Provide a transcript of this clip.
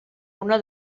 una